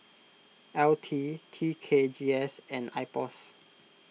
L T T K G S and Ipos